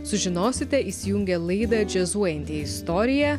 sužinosite įsijungę laidą džiazuojanti istorija